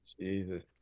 Jesus